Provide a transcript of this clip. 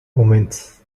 omens